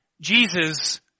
Jesus